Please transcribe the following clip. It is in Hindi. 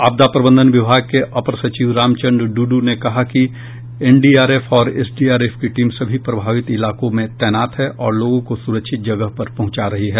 आपदा प्रबंधन विभाग के अपर सचिव रामचंद्र डु ने कहा कि एनडीआरएफ और एसडीआरएफ की टीम सभी प्रभावित इलाकों में तैनात है और लोगों को सुरक्षित जगह पर पहुंचा रही है